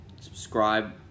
subscribe